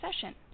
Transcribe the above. session